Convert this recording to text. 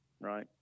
right